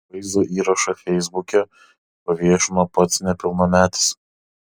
vaizdo įrašą feisbuke paviešino pats nepilnametis